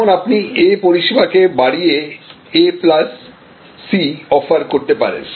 যেমন আপনি A পরিষেবাকে বাড়িয়ে A প্লাস C অফার করতে পারেন